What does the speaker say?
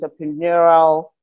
entrepreneurial